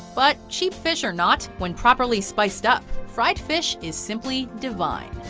but cheap fish or not, when properly spiced up, fried fish is simply divine.